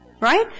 Right